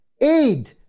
aid